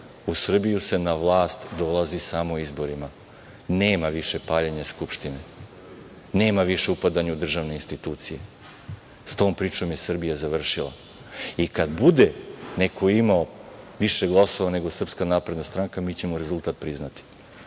u Srbiju se na vlast dolazi samo izborima. Nema više paljenja Skupštine. Nema više upadanja u državne institucije. S tom pričom je Srbija završila. Kad bude neko imao više glasova nego SNS, mi ćemo rezultat priznati,